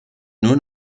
nur